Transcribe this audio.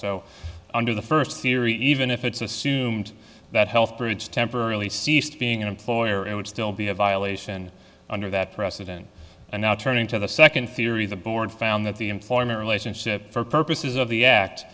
so under the first theory even if it's assumed that health bridge temporarily ceased being an employer it would still be a violation under that precedent and now turning to the second theory the board found that the employment relationship for purposes of the act